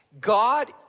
God